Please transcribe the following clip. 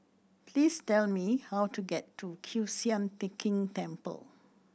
please tell me how to get to Kiew Sian King Temple